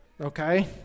okay